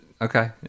Okay